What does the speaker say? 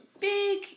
big